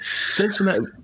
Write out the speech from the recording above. Cincinnati